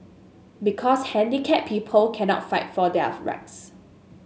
because handicapped people cannot fight for their rights